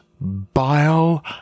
bile